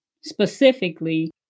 specifically